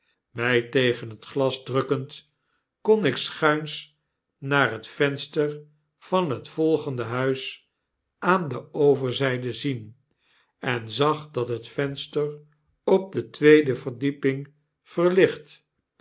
my tegen het glas drukkend kon ik schuins naar het venster van het volgende huis aan de overzijde zien en zag dat het venster op de tweede verdieping verlicht